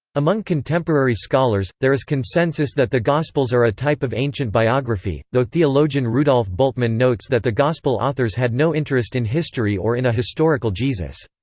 among contemporary scholars, there is consensus that the gospels are a type of ancient biography, though theologian rudolf bultmann notes that the gospel authors had no interest in history or in a historical jesus.